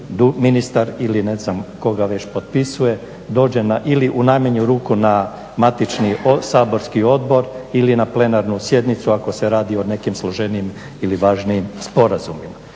ministar ili ne znam tko ga već potpisuje, dođe na ili u najmanji na matični saborski odbor ili na plenarnu sjednicu ako se radi o nekim složenijim ili važnijim sporazumima.